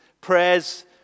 Prayers